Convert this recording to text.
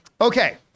Okay